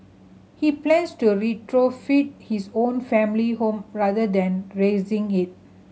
he plans to retrofit his own family home rather than razing it